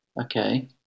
Okay